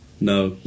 No